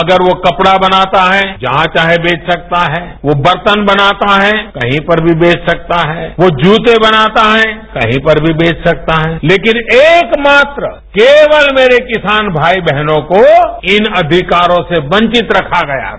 अगर वो कपड़ा बनाता है जहां चाहे बेच सकता है वो बर्तन बनाता है कहीं पर भी बेच सकता है वो जूते बनाता है कहीं पर भी बेच सकता है तेकिन एकमात्र केवल मेरे किसान भाई बहनों को इन अधिकारों से वंवित रखा गया है